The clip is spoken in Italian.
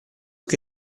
che